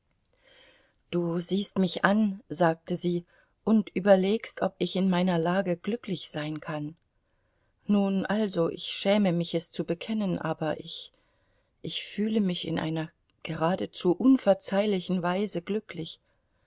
du siehst mich an sagte sie und überlegst ob ich in meiner lage glücklich sein kann nun also ich schäme mich es zu bekennen aber ich ich fühle mich in einer geradezu unverzeihlichen weise glücklich